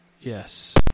yes